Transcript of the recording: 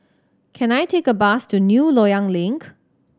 can I take a bus to New Loyang Link